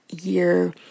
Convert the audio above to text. year